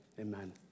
amen